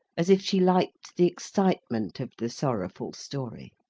as if she liked the excitement of the sorrowful story.